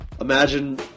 imagine